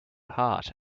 heart